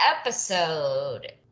episode